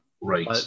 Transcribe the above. right